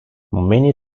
many